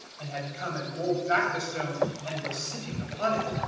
and had come and rolled back the stone, and was sitting upon it.